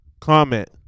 Comment